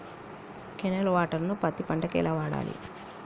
Canal water ను పత్తి పంట కి ఎలా వాడాలి?